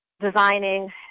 designing